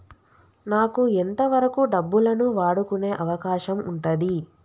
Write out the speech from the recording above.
నాకు ఎంత వరకు డబ్బులను వాడుకునే అవకాశం ఉంటది?